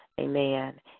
Amen